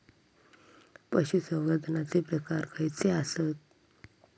पशुसंवर्धनाचे प्रकार खयचे आसत?